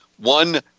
One